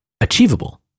achievable